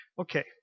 Okay